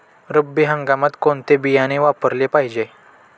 रब्बी हंगामात कोणते बियाणे वापरले पाहिजे?